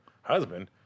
husband